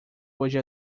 hoje